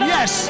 Yes